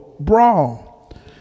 brawl